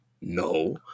No